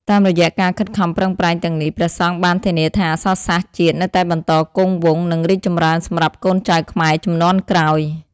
តាមរយៈការខិតខំប្រឹងប្រែងទាំងនេះ ព្រះសង្ឃបានធានាថា អក្សរសាស្ត្រជាតិនៅតែបន្តគង់វង្ស និងរីកចម្រើនសម្រាប់កូនចៅខ្មែរជំនាន់ក្រោយ។